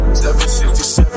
767